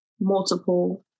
multiple